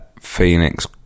phoenix